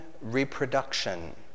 reproduction